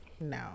No